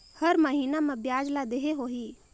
हर महीना मा ब्याज ला देहे होही?